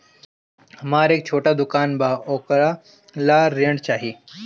हमरा एक छोटा दुकान बा वोकरा ला ऋण चाही?